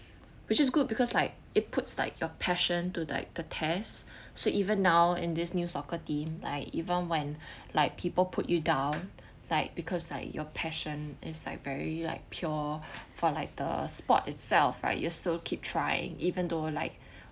which is good because like it puts like your passion to like the test so even now in this new soccer team like even when like people put you down like because like your passion is like very like pure for like the sport itself right you still keep trying even though like